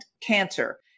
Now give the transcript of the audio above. cancer